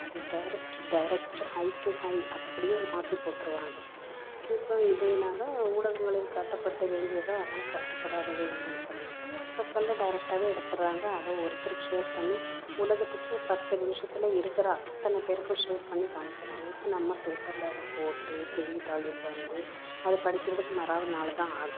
அது direct to direct hi to hi அப்படியே மாற்றி போட்டுருவாங்க இப்போது இதனால ஊடகங்களில் காட்டப்பட வேண்டியவை ஆனால் காட்டப்படாதவை என்னென்னு சொன்னாக்கா வாட்ஸப் காலில் டைரெக்டாவே எடுத்துடுறாங்க அதை ஒருத்தருக்கு ஷேர் பண்ணி உலகத்துக்கே பத்து நிமிஷத்தில் இருக்கிற அத்தனை பேருக்கும் ஷேர் பண்ணி காமிச்சிடுறாங்க இப்போ நம்ம பேப்பரில் அதை போட்டு செய்தித்தாளில் வந்து அதை படிக்கிறதுக்கு மறாவது நாள் தான் ஆகும்